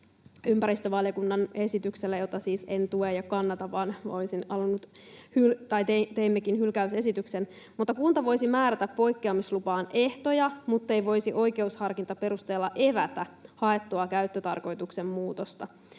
ympäristövaliokunnan esityksellä — jota siis en tue ja kannata, vaan teimmekin hylkäysesityksen — määrätä poikkeamislupaan ehtoja muttei voisi oikeusharkintaperusteella evätä haettua käyttötarkoituksen muutosta